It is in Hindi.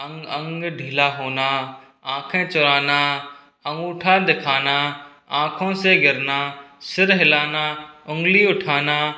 अंग ढीला होना आंखे चुराना अंगूठा दिखाना आँखों से गिरना सिर हिलाना उंगली उठाना